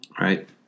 Right